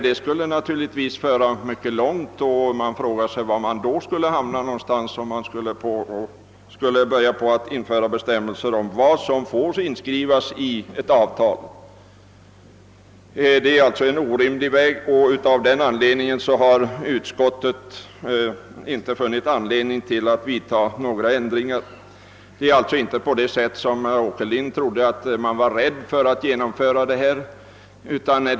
Detta skulle emellertid föra mycket långt, och man frågar sig vart det hela skulle bära hän, om en sådan reglering infördes. Det är alltså en orimlig väg, och utskottet har därför inte funnit anledning att föreslå några ändringar. Inom utskottet är man inte som herr Åkerlind trodde rädd för att genomföra nya bestämmelser.